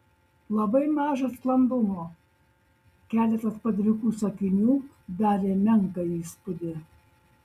labai maža sklandumo keletas padrikų sakinių darė menką įspūdį